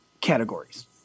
categories